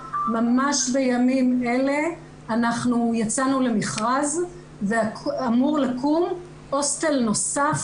ממש בימים אלה אנחנו יצאנו למכרז ואמור לקום הוסטל נוסף